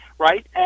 Right